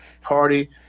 party